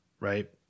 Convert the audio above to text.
right